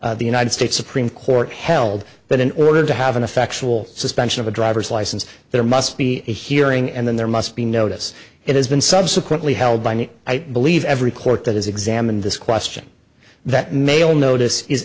the united states supreme court held that in order to have an affection all suspension of a driver's license there must be a hearing and then there must be notice it has been subsequently held by me i believe every court that has examined this question that mail notice is